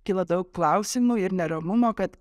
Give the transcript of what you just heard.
kyla daug klausimų ir neramumo kad